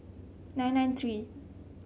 nine nine three